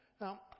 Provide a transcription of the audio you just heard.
Now